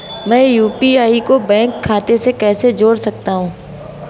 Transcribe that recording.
मैं यू.पी.आई को बैंक खाते से कैसे जोड़ सकता हूँ?